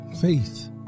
faith